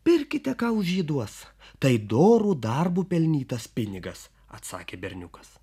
pirkite ką už jį duos tai doru darbu pelnytas pinigas atsakė berniukas